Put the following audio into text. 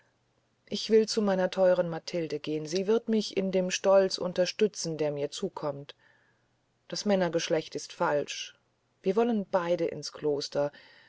ich will zu meiner theuren matilde gehn sie wird mich in dem stolz unterstützen der mir zukommt das männergeschlecht ist falsch wir wollen beyde ins kloster